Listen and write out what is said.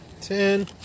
Ten